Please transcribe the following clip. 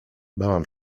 bałam